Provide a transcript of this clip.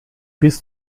bis